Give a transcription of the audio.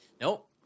Nope